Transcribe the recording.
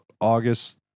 August